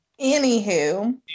Anywho